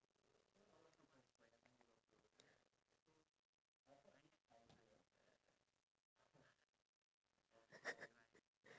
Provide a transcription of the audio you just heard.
so what do you consider do you consider a memorable experience like for example does it need to